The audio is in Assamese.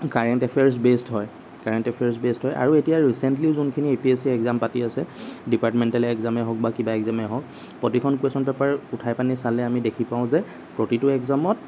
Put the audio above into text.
কাৰেণ্ট এফেয়াৰ্চ বেছড্ হয় কাৰেণ্ট এফেয়াৰ্চ বেছড্ হয় আৰু এতিয়া ৰিচেণ্টলি যোনখিনি এপিএছচি এক্সাম পাতি আছে ডিপাৰ্টমেণ্টেল এক্সামে হওক বা কিবা এক্সামে হওক প্ৰতিখন কোৱেশ্যন পেপাৰ উঠাই পানি চালে আমি দেখি পাওঁ যে প্ৰতিটো এক্সামত